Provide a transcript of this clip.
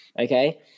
Okay